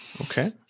Okay